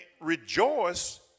rejoice